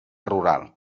rural